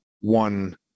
one